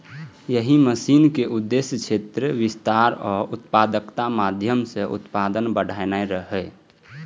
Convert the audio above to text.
एहि मिशन के उद्देश्य क्षेत्र विस्तार आ उत्पादकताक माध्यम सं उत्पादन बढ़ेनाय रहै